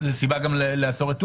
זו סיבה גם לעצור את טורקיה.